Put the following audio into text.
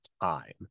time